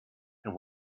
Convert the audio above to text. and